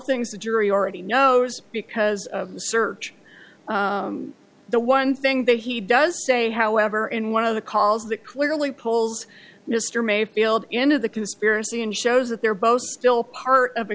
things the jury already knows because of the search the one thing that he does say however in one of the calls that clearly polls mr mayfield end of the conspiracy and shows that they're both still part of a